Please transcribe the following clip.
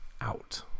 Out